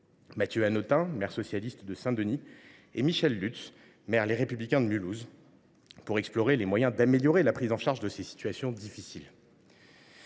Mathieu Hanotin, maire socialiste de Saint Denis, et Michèle Lutz, maire Les Républicains de Mulhouse, pour explorer les moyens d’améliorer la prise en charge de ces situations difficiles.